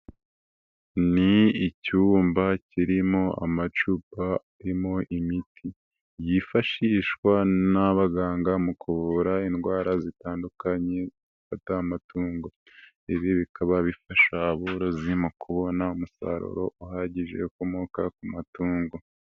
Ni icyumba kirimo amacupa arimo imiti, yifashishwa n'abaganga mu kuvura indwara zitandukanye, zifata amatungo, ibi bikaba bifasha aborozi mu kubona umusaruro uhagije, ukomoka ku matungo.